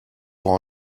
pour